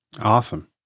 awesome